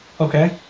Okay